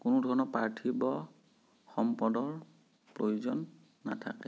কোনো ধৰণৰ পাৰ্থিৱ সম্পদৰ প্ৰয়োজন নাথাকে